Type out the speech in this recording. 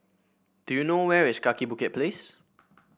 do you know where is Kaki Bukit Place